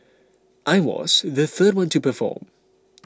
I was the third one to perform